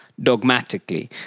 Dogmatically